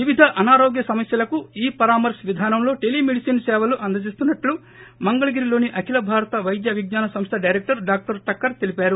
వివిధ అనారోగ్య సమస్యలకు ఈ పరామర్ప్ విధానంలో టెలిమెడిసిన్ సేవలు అందించనున్నట్లు మంగళగిరిలోని అఖిల భారత వైద్య విజ్ఞాన సంస్ద డైరెక్టర్ డాక్టర్ టక్కర్ తెలిపారు